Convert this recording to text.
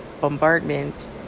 bombardment